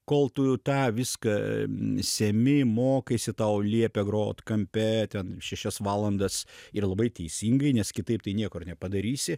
kol tu tą viską semi mokaisi tau liepia grot kampe ten šešias valandas ir labai teisingai nes kitaip tai nieko ir nepadarysi